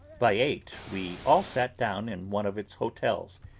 by eight we all sat down in one of its hotels,